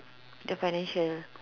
the financial